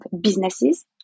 businesses